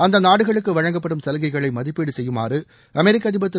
அந்த நாடுகளுக்கு வழங்கப்படும் சலுகைகளை மதிப்பீடு செய்யுமாறு அமெரிக்க அதிபர் திரு